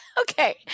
Okay